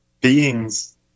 beings